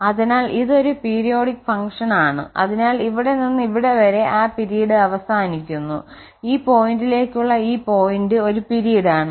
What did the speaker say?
അതിനാൽ ഇത് ഒരു പീരിയോഡിക് ഫംഗ്ഷൻ ആണ് അതിനാൽ ഇവിടെ നിന്ന് ഇവിടെ വരെ ആ പിരീഡ് അവസാനിക്കുന്നു ഈ പോയിന്റിലേക്കുള്ള ഈ പോയിന്റ് ഒരു പിരീഡ് ആണ്